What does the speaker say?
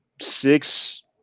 six